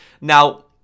Now